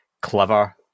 clever